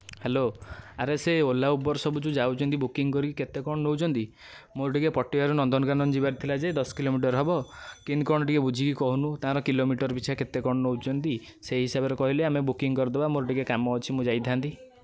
hello ଆରେ ସେ Ola Uber ସବୁ ଯେଉଁ ଯାଉଛନ୍ତି ବୁକିଙ୍ଗ୍ କରିକି କେତେ କ'ଣ ନେଉଛନ୍ତି ମୋର ଟିକିଏ ପଟିଆରୁ ନନ୍ଦନକାନନ ଯିବାର ଥିଲା ଯେ ଦଶ କିଲେମିଟର୍ ହେବ କେମିତି କ'ଣ ଟିକିଏ ବୁଝିକି କହୁନୁ ତାଙ୍କର କିଲୋମିଟର୍ ପିଛା କେତେ କ'ଣ ନେଉଛନ୍ତି ସେ ହିସାବରେ କହିଲେ ଆମେ ବୁକିଙ୍ଗ୍ କରିଦେବା ମୋର ଟିକିଏ କାମ ଅଛି ମୁଁ ଯାଇଥାନ୍ତି